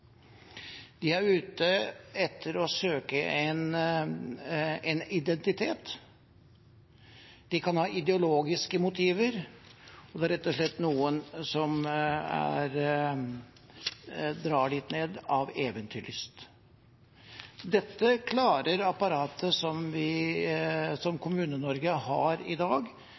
de er ute etter å søke en identitet, de kan ha ideologiske motiver, eller det er rett og slett noen som drar dit ned av eventyrlyst. Dette klarer apparatet som